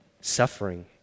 suffering